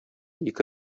ике